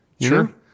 Sure